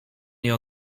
nie